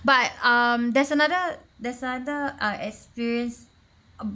but um there's another there's another uh experience